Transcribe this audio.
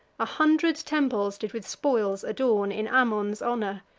a hundred temples did with spoils adorn, in ammon's honor,